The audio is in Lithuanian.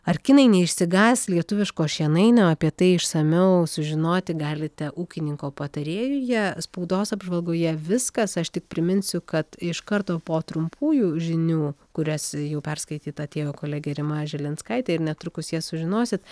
ar kinai neišsigąs lietuviško šienainio apie tai išsamiau sužinoti galite ūkininko patarėjuje spaudos apžvalgoje viskas aš tik priminsiu kad iš karto po trumpųjų žinių kurias jau perskaityt atėjo kolegė rima žilinskaitė ir netrukus jas sužinosit